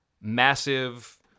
massive